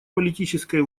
политической